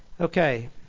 okay